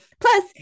Plus